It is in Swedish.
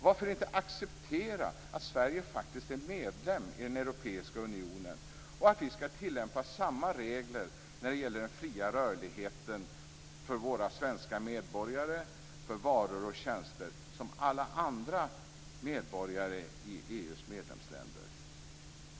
Varför inte acceptera att Sverige faktiskt är medlem i den europeiska unionen och att vi skall tillämpa samma regler när det gäller den fria rörligheten för våra svenska medborgare och för varor och tjänster som alla andra EU:s medlemsländer?